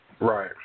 Right